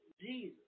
Jesus